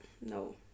no